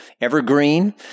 evergreen